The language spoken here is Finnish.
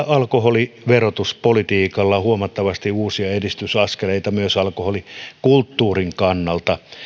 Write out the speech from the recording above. alkoholiverotuspolitiikalla huomattavasti uusia edistysaskeleita myös alkoholikulttuurin kannalta